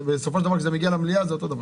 בסופו של דבר כשזה מגיע למליאה זה אותו דבר.